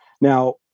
Now